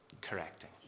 correcting